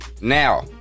Now